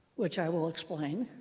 which i will explain.